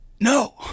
no